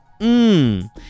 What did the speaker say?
Mmm